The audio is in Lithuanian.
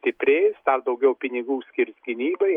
stipri jis dar daugiau pinigų skirs gynybai